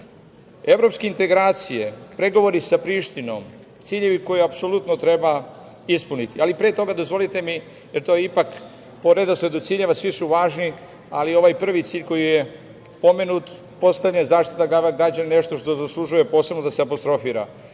Evropske integracije, pregovori sa Prištinom su ciljevi koje apsolutno treba ispuniti. Pre toga, dozvolite mi, ipak po redosledu ciljeva svi su važni, ali ovaj prvi cilj koji je pomenut postavlja zaštitu prava građana jeste nešto što zaslužuje posebno da se apostrofira. Vi